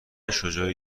شجاعی